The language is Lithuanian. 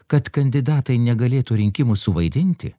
kad kandidatai negalėtų rinkimų suvaidinti